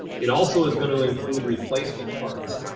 it also is gonna include replacement parts.